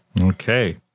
Okay